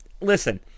listen